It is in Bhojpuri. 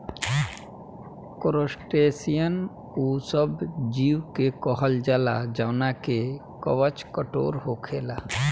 क्रासटेशियन उ सब जीव के कहल जाला जवना के कवच कठोर होखेला